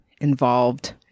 involved